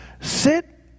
Sit